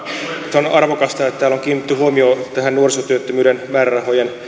puhemies on arvokasta että täällä on kiinnitetty huomiota tähän nuorisotyöttömyyden määrärahojen